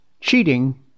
Cheating